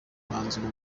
umwanzuro